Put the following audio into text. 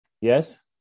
Yes